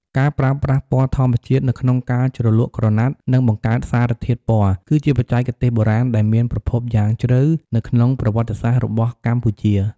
ការប្រើប្រាស់ពណ៌ធម្មជាតិនៅក្នុងការជ្រលក់ក្រណាត់ និងបង្កើតសារធាតុពណ៌ គឺជាបច្ចេកទេសបុរាណដែលមានប្រភពយ៉ាងជ្រៅនៅក្នុងប្រវត្តិសាស្ត្ររបស់កម្ពុជា។